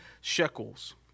shekels